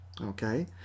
okay